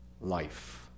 life